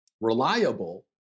reliable